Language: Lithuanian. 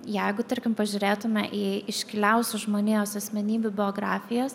jeigu tarkim pažiūrėtume į iškiliausių žmonijos asmenybių biografijas